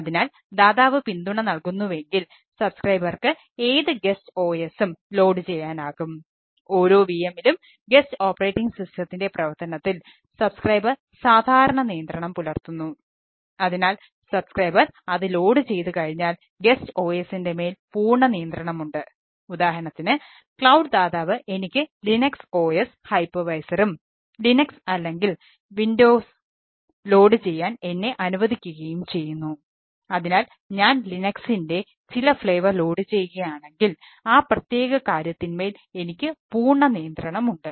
അതിനാൽ IaaS ൽ cloud load ചെയ്യുകയാണെങ്കിൽ ആ പ്രത്യേക കാര്യത്തിന്മേൽ എനിക്ക് പൂർണ്ണ നിയന്ത്രണമുണ്ട്